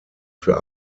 für